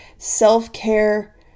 Self-care